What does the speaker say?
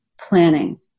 planning